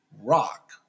Rock